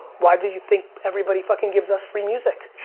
why do you think everybody fucking gives us free music?